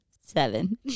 seven